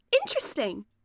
Interesting